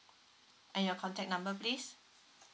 and your contact number please